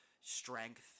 strength